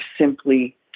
simply